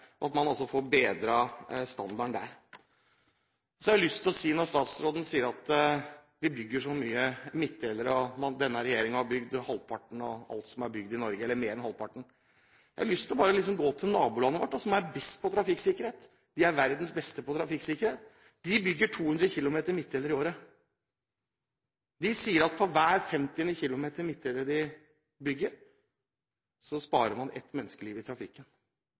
og at man får bedret standarden der. Så har jeg lyst til, når statsråden sier at vi bygger så mye midtdelere, og at denne regjeringen har bygd mer enn halvparten av alt som er bygd i Norge, å gå til nabolandet vårt, som er best på trafikksikkerhet – de er verdens beste på trafikksikkerhet. De bygger 200 km midtdelere i året. De sier at for hver 50. km midtdelere de bygger, sparer de ett menneskeliv i trafikken.